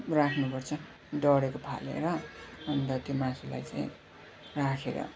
राख्नुपर्छ डढेको फालेर अन्त त्यो मासुलाई चाहिँ राखेर